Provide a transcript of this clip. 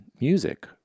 music